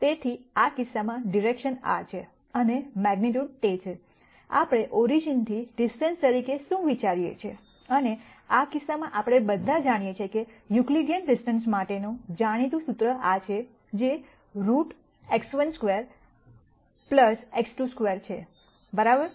તેથી આ કિસ્સામાં ડિરેકશન આ છે અને મેગ્નીટ્યૂડ તે છે આપણે ઓરિજીનથી ડિસ્ટન્સ તરીકે શું વિચારીએ છીએ અને આ કિસ્સામાં આપણે બધા જાણીએ છીએ યુક્લિડેન ડિસ્ટન્સ માટેનું આ જાણીતું સૂત્ર જે રુટ છે x12 x22 બરાબર